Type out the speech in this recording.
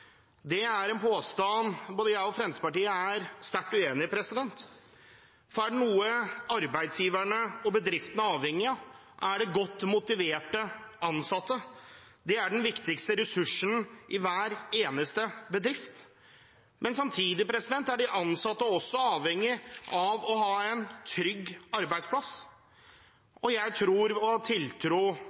Det er en påstand både jeg og Fremskrittspartiet er sterkt uenig i. For er det noe arbeidsgiverne og bedriftene er avhengige av, er det godt motiverte ansatte. Det er den viktigste ressursen i hver eneste bedrift. Men samtidig er de ansatte også avhengige av å ha en trygg arbeidsplass, og jeg har tiltro